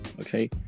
Okay